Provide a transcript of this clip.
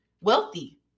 wealthy